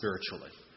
spiritually